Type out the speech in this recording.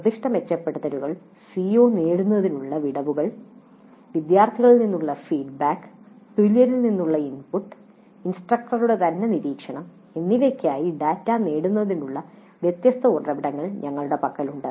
നിർദ്ദിഷ്ട മെച്ചപ്പെടുത്തലുകൾ സിഒ നേടുന്നതിനുള്ള വിടവുകൾ വിദ്യാർത്ഥികളിൽ നിന്നുള്ള ഫീഡ്ബാക്ക് തുല്യരിൽ നിന്നുള്ള ഇൻപുട്ട് ഇൻസ്ട്രക്ടറുടെ തന്നെ നിരീക്ഷണം എന്നിവയ്ക്കായി ഡാറ്റ നേടുന്നതിനുള്ള വ്യത്യസ്ത ഉറവിടങ്ങൾ ഞങ്ങളുടെ പക്കലുണ്ട്